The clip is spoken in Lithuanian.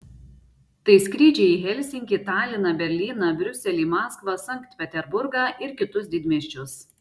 tai skrydžiai į helsinkį taliną berlyną briuselį maskvą sankt peterburgą ir kitus didmiesčius